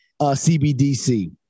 CBDC